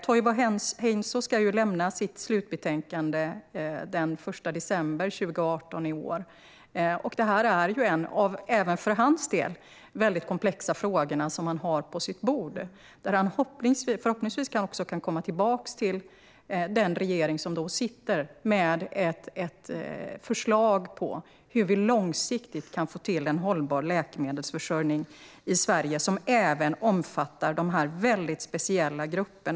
Toivo Heinsoo ska lämna sitt slutbetänkande den 1 december i år, och detta är en av de många komplexa frågor som han har på sitt bord. Förhoppningsvis ska han komma tillbaka till den regering som då sitter med ett förslag om hur vi långsiktigt kan få till en hållbar läkemedelsförsörjning i Sverige som även omfattar dessa väldigt speciella grupper.